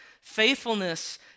Faithfulness